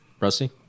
Rusty